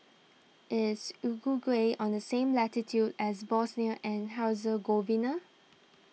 is Uruguay on the same latitude as Bosnia and Herzegovina